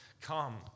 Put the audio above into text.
come